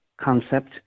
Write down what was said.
concept